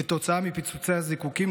כתוצאה מפיצוצי הזיקוקים,